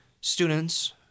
students